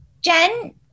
Jen